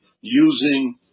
using